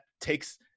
takes